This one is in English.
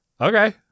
Okay